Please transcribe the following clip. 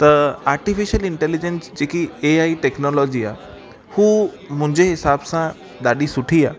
त artificial intelligence जेकी A I technology आहे हूअ मुंहिंजे हिसाब सां ॾाढी सुठी आहे